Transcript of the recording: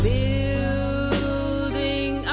Building